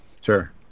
Sure